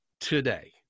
today